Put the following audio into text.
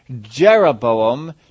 Jeroboam